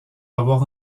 avoir